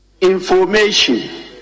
Information